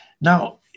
Now